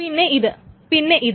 പിന്നെ ഇത് പിന്നെ ഇത്